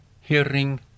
hearing